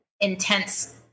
intense